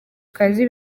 kazi